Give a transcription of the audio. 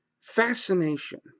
fascination